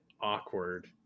awkward